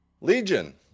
Legion